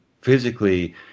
physically